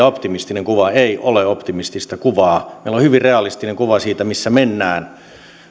optimistinen kuva ei ole optimistista kuvaa meillä on hyvin realistinen kuva siitä missä mennään